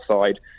side